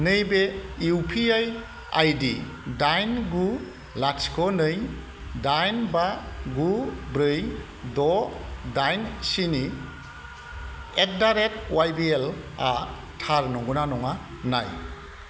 नैबे इउपिआई आईदि डाइन गु लाथिख' नै डाइन बा गु ब्रै द' डाइन स्नि एडारेट वाइबिएल आ थार नंगौ ना नङा नाय